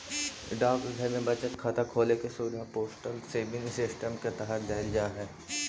डाकघर में बचत खाता खोले के सुविधा पोस्टल सेविंग सिस्टम के तहत देल जा हइ